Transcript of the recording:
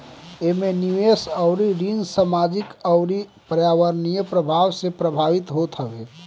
एमे निवेश अउरी ऋण सामाजिक अउरी पर्यावरणीय प्रभाव से प्रभावित होत हवे